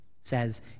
says